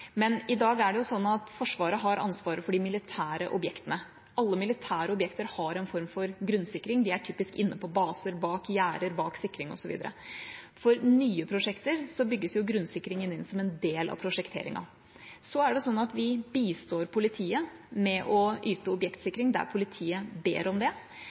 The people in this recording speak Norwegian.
men i dag er det sånn at Forsvaret har ansvaret for de militære objektene. Alle militære objekter har en form for grunnsikring. De er typisk inne på baser, bak gjerder, bak sikring osv. For nye prosjekter bygges grunnsikringen inn som en del av prosjekteringen. Så er det sånn at vi bistår politiet med å yte objektsikring der politiet ber om det,